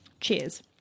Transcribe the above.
Cheers